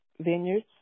Vineyard's